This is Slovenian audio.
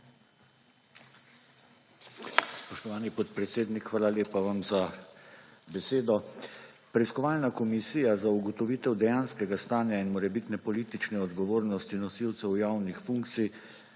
Spoštovani podpredsednik, hvala lepa vam za besedo. Preiskovalna komisija za ugotovitev dejanskega stanja in morebitne politične odgovornosti nosilcev javnih funkcij